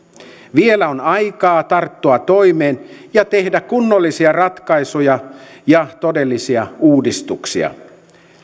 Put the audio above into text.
vielä on aikaa tarttua toimeen ja tehdä kunnollisia ratkaisuja ja todellisia uudistuksia